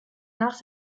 nach